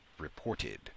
reported